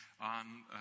On